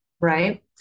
Right